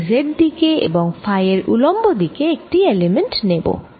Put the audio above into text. আমি Z দিকে এবং ফাই এর উলম্ব দিকে একটি এলিমেন্ট নেব